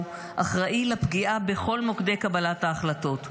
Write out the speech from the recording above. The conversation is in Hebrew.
אחראי לפגיעה בכל מוקדי קבלת ההחלטות,